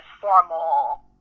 formal